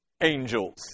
angels